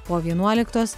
po vienuoliktos